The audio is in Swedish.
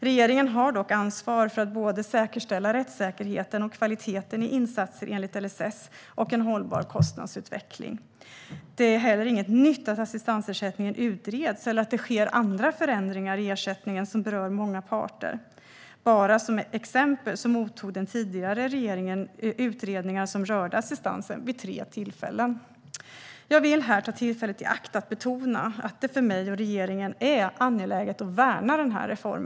Regeringen har dock ansvar för att både säkerställa rättssäkerheten och kvaliteten i insatser enligt LSS och en hållbar kostnadsutveckling. Det är heller inget nytt att assistansersättningen utreds eller att det sker andra förändringar i ersättningen som berör många parter. Som exempel kan jag nämna att den tidigare regeringen mottog utredningar som rörde assistansen vid tre tillfällen. Jag vill här ta tillfället i akt att betona att det för mig och för regeringen är angeläget att värna denna reform.